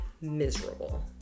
miserable